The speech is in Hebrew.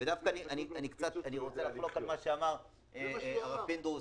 ודווקא אני רוצה לחלוק על מה שאמר הרב פינדרוס